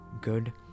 good